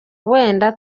wenda